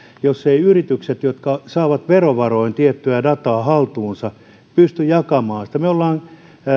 jos eivät yritykset jotka saavat verovaroin tiettyä dataa haltuunsa pysty jakamaan sitä me olemme